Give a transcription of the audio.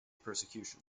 persecution